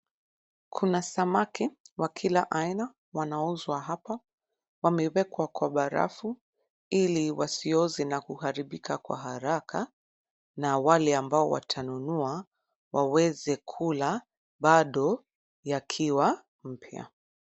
Kuna samaki wa kila aina wanauzwa hapa. Wamewekwa kwa barafu ili wasioze na kuharibika kwa haraka na wale ambao watanunua waweze kula bado yakiwa mpya.